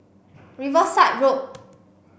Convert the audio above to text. Riverside Road